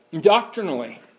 Doctrinally